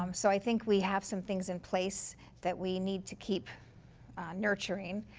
um so i think we have some things in place that we need to keep nurturing.